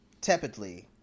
tepidly